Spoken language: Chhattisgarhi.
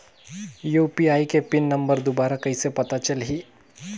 यू.पी.आई के पिन नम्बर दुबारा कइसे पता चलही?